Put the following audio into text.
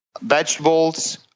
vegetables